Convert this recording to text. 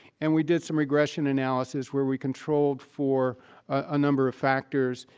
and we did some regression analysis where we controlled for a number of factors,